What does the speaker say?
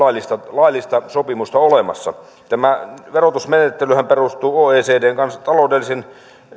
ole laillista sopimusta olemassa tämä verotusmenettelyhän perustuu oecdn taloudellisen